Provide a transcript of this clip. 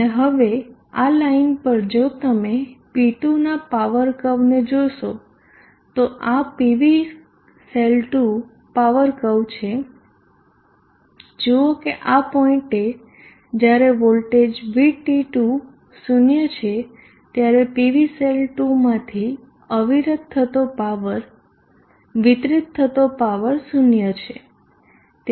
અને હવે આ લાઇન પર જો તમે P2 ના પાવર કર્વ ને જોશો તો આ PV સેલ 2 પાવર કર્વ છે જુઓ કે આ પોઈન્ટએ જ્યારે વોલ્ટેજ VT2 0 છે ત્યારે PVસેલ 2 માંથી વિતરિત થતો પાવર 0 છે